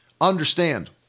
Understand